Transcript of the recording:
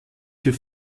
für